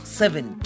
seven